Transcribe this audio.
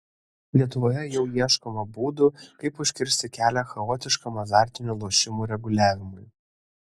lietuvoje jau ieškoma būdų kaip užkirsti kelią chaotiškam azartinių lošimų reguliavimui